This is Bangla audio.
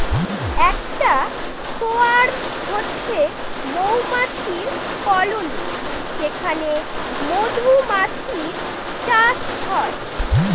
একটা সোয়ার্ম হচ্ছে মৌমাছির কলোনি যেখানে মধুমাছির চাষ হয়